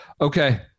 okay